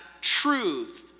truth